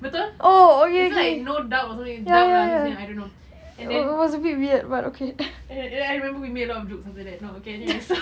betul it's like no doug or something doug lah his name I don't know and then and then ya I remember we made a lot of jokes after that no okay anyway so